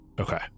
Okay